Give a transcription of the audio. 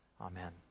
Amen